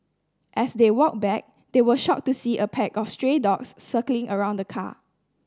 as they walked back they were shocked to see a pack of stray dogs circling around the car